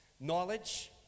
Knowledge